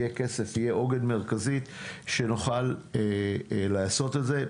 כסף ועוגן מרכזי כך שנוכל לעשות את זה.